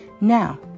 Now